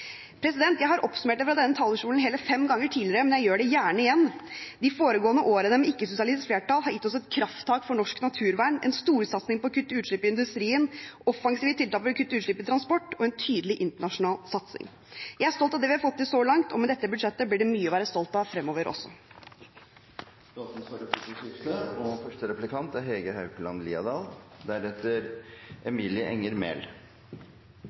Jeg har oppsummert det fra denne talerstolen hele fem ganger tidligere, men jeg gjør det gjerne igjen: De foregående årene med ikke-sosialistisk flertall har gitt oss et krafttak for norsk naturvern, en storsatsing på å kutte utslipp i industrien, offensive tiltak for å kutte utslipp i transportsektoren og en tydelig internasjonal satsing. Jeg er stolt av det vi har fått til så langt, og med dette budsjettet blir det mye å være stolt av fremover også. Det blir replikkordskifte. Jeg vil sitere Dagsavisen 4. september 2015, der tidligere Fremskrittsparti-talsmann for energi- og